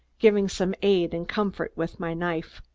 giving some aid and comfort with my knife.